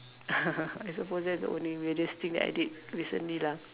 I supposed that's the only weirdest thing that I did recently lah